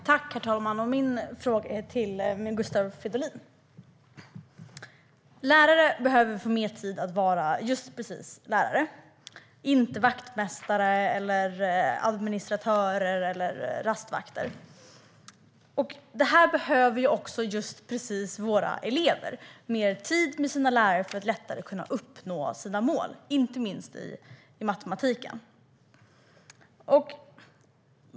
Herr talman! Jag har en fråga till Gustav Fridolin. Lärare behöver få mer tid för att vara just lärare, inte vaktmästare, administratörer eller rastvakter. Och våra elever behöver mer tid med sina lärare, för att lättare kunna uppnå sina mål, inte minst i matematiken.